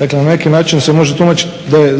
Dakle, na neki način se može tumačiti da je